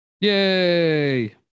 Yay